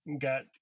got